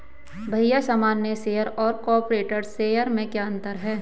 भैया सामान्य शेयर और कॉरपोरेट्स शेयर में क्या अंतर है?